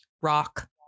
rock